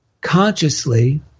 consciously